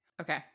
Okay